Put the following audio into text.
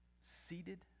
seated